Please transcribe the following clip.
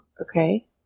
Okay